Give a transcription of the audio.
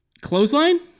Clothesline